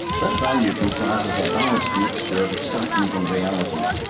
that value comprises a balanced mixture of excitement and reality.